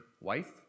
wife